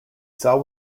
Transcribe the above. saw